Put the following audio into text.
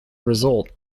result